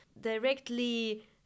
directly